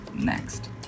next